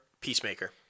Peacemaker